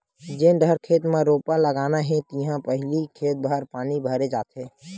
जेन डहर खेत म रोपा लगाना हे तिहा पहिली खेत भर पानी भरे जाथे